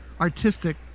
artistic